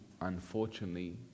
unfortunately